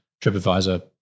Tripadvisor